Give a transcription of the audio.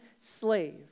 slave